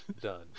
Done